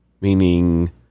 Meaning